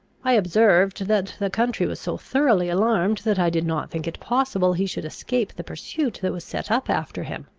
i observed, that the country was so thoroughly alarmed, that i did not think it possible he should escape the pursuit that was set up after him.